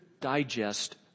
digest